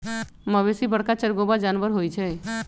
मवेशी बरका चरगोरबा जानबर होइ छइ